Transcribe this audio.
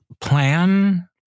plan